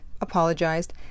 apologized